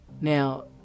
Now